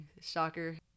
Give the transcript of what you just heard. shocker